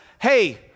hey